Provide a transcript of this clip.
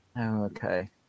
Okay